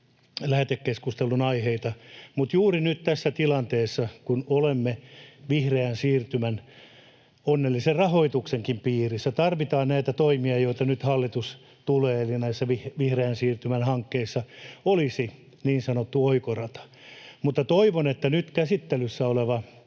lähetekeskustelun aiheita, mutta juuri nyt tässä tilanteessa, kun olemme vihreän siirtymän onnellisen rahoituksenkin piirissä, tarvitaan näitä toimia, joita nyt hallitukselta tulee, eli näissä vihreän siirtymän hankkeissa olisi niin sanottu oikorata. Mutta toivon, että nyt käsittelyssä oleva